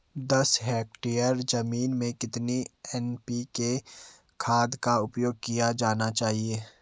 दस हेक्टेयर जमीन में कितनी एन.पी.के खाद का उपयोग किया जाना चाहिए?